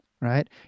right